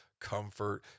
Comfort